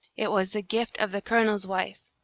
it was the gift of the colonel's wife.